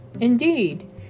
Indeed